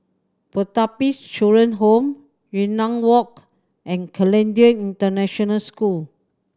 Pertapis Children Home Yunnan Walk and Canadian International School